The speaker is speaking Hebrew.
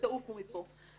ותעופו מפה.